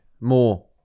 more